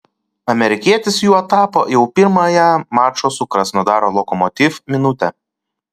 amerikietis juo tapo jau pirmąją mačo su krasnodaro lokomotiv minutę